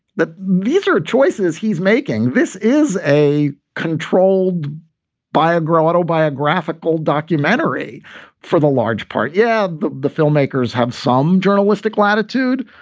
that these are choices he's making. this is a controlled by a autobiographical documentary for the large part. yeah but the filmmakers have some journalistic latitude.